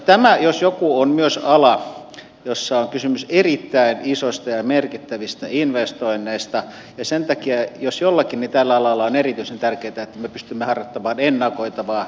tämä jos mikä on myös ala jossa on kysymys erittäin isoista ja merkittävistä investoinneista ja sen takia jos jollakin niin tällä alalla on erityisen tärkeätä että me pystymme harjoittamaan ennakoitavaa pitkäjänteistä politiikkaa